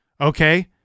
okay